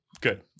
good